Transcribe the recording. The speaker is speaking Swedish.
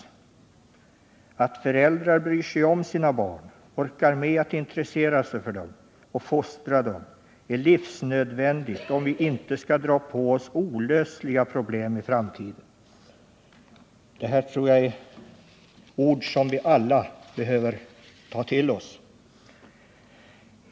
Att föräldrar bryr sig om sina barn, orkar med att intressera sig för dem och fostra dem är livsnödvändigt om vi inte ska dra på oss olösliga problem i framtiden.” Det här tror jag är ord som vi alla behöver ta till oss.